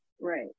right